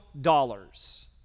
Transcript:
dollars